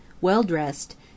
well-dressed